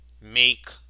make